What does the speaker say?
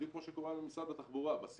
בדיוק כמו שקורה היום עם משרד התחבורה בשיח,